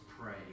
Pray